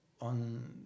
On